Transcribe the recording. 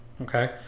Okay